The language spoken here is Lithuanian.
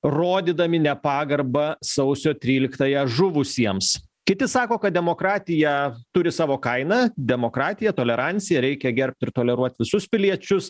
rodydami nepagarbą sausio tryliktąją žuvusiems kiti sako kad demokratija turi savo kainą demokratija tolerancija reikia gerbt ir toleruot visus piliečius